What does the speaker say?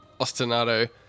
ostinato